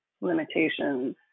limitations